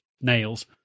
nails